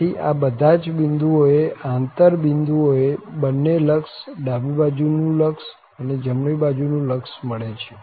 આથી આ બધા જ બિંદુઓ એ આંતર બિંદુઓ એ બંને લક્ષ ડાબી બાજુનું લક્ષ અને જમણી બાજનું લક્ષ મળે છે